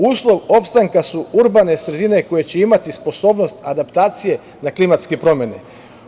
Uslov opstanka su urbane sredine koje će imati sposobnost adaptacije na klimatske promene.